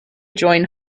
join